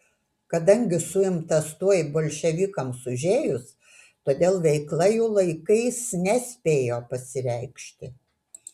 kadangi suimtas tuoj bolševikams užėjus todėl veikla jų laikais nespėjo pasireikšti